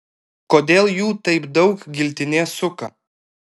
kodėl jų taip daug giltinė suka